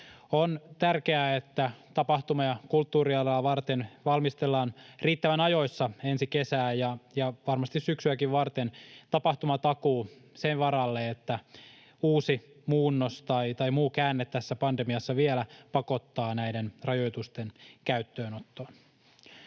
On tärkeää, että tapahtuma- ja kulttuurialaa varten valmistellaan riittävän ajoissa ensi kesää ja varmasti syksyäkin varten tapahtumatakuu sen varalle, että uusi muunnos tai muu käänne tässä pandemiassa vielä pakottaa näiden rajoitusten käyttöönottoon.